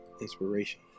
inspiration